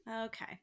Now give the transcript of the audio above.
okay